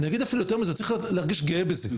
אגיד אפילו יותר מזה צריך להרגיש גאה בזה.